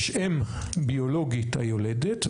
יש אם ביולוגית, היולדת.